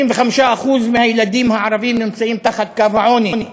65% מהילדים הערבים נמצאים מתחת לקו העוני.